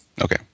Okay